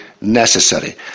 necessary